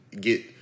get